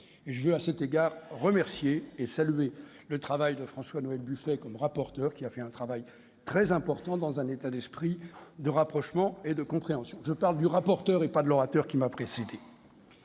Je veux à cet égard remercier François-Noël Buffet et saluer son travail comme rapporteur ; il a fait un travail très important dans un état d'esprit de rapprochement et de compréhension- je parle du rapporteur et non de l'orateur qui m'a précédé